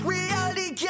Reality